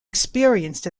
experienced